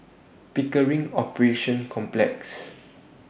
Pickering Operations Complex